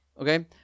Okay